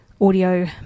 audio